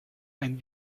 ein